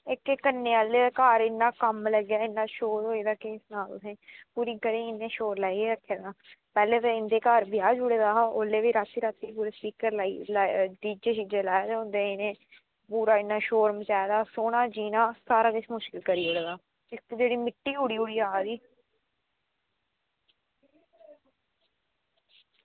इक्क एह् कन्नै आह्ले घर इन्ना कम्म लग्गे दा इन्ना शोर होआ दा केह् सनांऽ तुसें ई पूरी गली इंया शोर लाइयै रक्खे दा पैह्लें ते इंदा घर ब्याह् जुड़े दा हा ओल्लै बी रातीं रातीं तगर स्पीकर डीजे लाए दे होंदे हे इनें पूरा इन्ना शोर मचाए दा सोना जीना सारा किश मुश्कल करी ओड़दा इत्थें जेह्ड़ी मिट्टी उड्डी उड्डी आवा दी